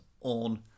on